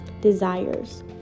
desires